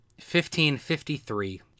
1553